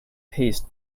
paste